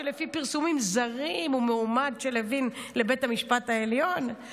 שלפי פרסומים זרים הוא מועמד של לוין לבית המשפט העליון?